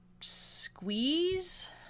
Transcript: squeeze